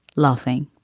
laughing